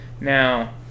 Now